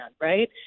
right